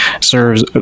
serves